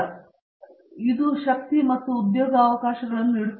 ನನಗೆ ಇವು ಶಕ್ತಿಗಳು ಅವು ಉದ್ಯೋಗ ಅವಕಾಶಗಳನ್ನು ನೀಡುತ್ತದೆ